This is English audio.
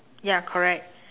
ya correct